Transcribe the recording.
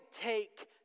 take